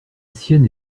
sienne